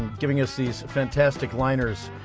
giving us these fantastic liners,